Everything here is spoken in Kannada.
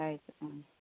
ಆಯ್ತು ಹಾಂ